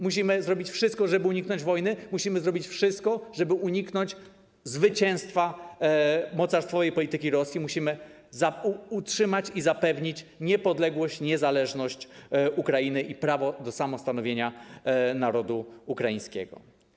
Musimy zrobić wszystko, żeby uniknąć wojny, musimy zrobić wszystko, żeby uniknąć zwycięstwa mocarstwowej polityki Rosji, musimy zapewnić i utrzymać niepodległość i niezależność Ukrainy i prawo do samostanowienia narodu ukraińskiego.